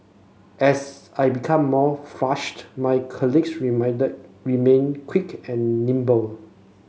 as I became more flustered my colleagues remained quick and nimble